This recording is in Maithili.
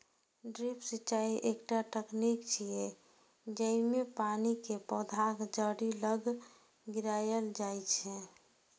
ड्रिप सिंचाइ एकटा तकनीक छियै, जेइमे पानि कें पौधाक जड़ि लग गिरायल जाइ छै